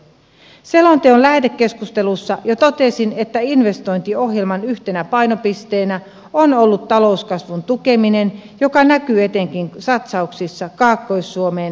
selon teon lähetekeskustelussa jo totesin että investointiohjelman yhtenä painopisteenä on ollut talouskasvun tukeminen joka näkyy etenkin sat sauksissa kaakkois suomen liikenteen kehittämiseen